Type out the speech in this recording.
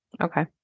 Okay